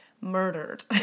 murdered